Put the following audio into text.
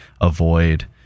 avoid